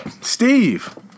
Steve